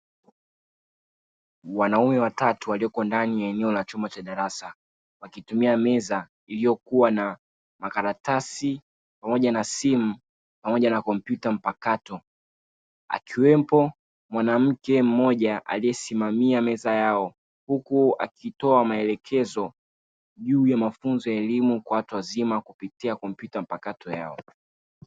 Wanaume watatu walioko ndani ya eneo la chumba cha darasa wakitumia meza iliyokua na makaratasi, simu pamoja na kompyuta mpakato akiwepo mwanamke mmoja aliyesimamia meza yao huku akitoa maelekezo huku.